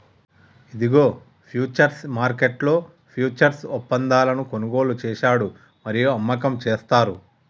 ఇదిగో ఫ్యూచర్స్ మార్కెట్లో ఫ్యూచర్స్ ఒప్పందాలను కొనుగోలు చేశాడు మరియు అమ్మకం చేస్తారు